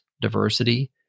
diversity